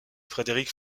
frédéric